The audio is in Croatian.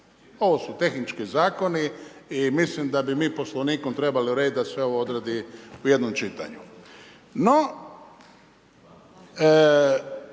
Ovo su tehnički zakoni i mislim da bi mi Poslovnikom trebali uredit da se ovo odradi u jednom čitanju.